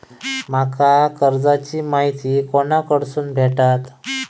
माका कर्जाची माहिती कोणाकडसून भेटात?